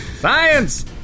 science